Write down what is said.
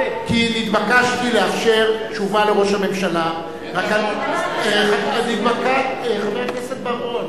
כי נתבקשתי לאפשר תשובה לראש הממשלה חבר הכנסת בר-און,